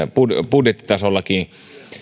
budjettitasollakin